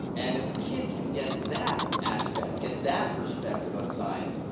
and if a kid can get that aspect, get that perspective on science,